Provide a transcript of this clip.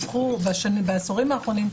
בעשורים האחרונים,